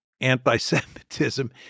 anti-Semitism